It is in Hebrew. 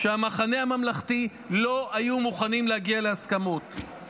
שהמחנה הממלכתי לא היו מוכנים להגיע להסכמות.